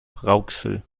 rauxel